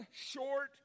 short